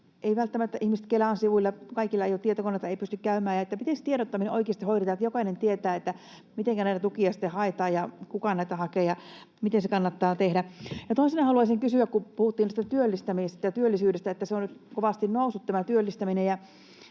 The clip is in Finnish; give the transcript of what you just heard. sivuilta — kaikilla ei ole tietokoneita, ei pysty käymään. Miten se tiedottaminen oikeasti hoidetaan, jotta jokainen tietää, mitenkä näitä tukia sitten haetaan ja kuka näitä hakee ja miten se kannattaa tehdä? Ja toisena haluaisin kysyä, kun puhuttiin työllistämisestä ja työllisyydestä, siitä, että työllistäminen